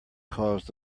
caused